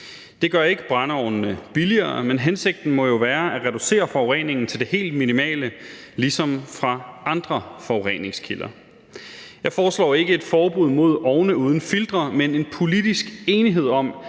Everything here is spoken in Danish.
Det gør ikke brændeovnene billigere, men hensigten er at reducere forureningen til det helt minimale, ligesom fra andre forureningskilder. Jeg foreslår ikke et forbud mod ovne uden filtre, men en politisk enighed om,